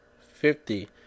Fifty